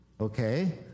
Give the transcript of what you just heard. Okay